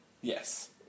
Yes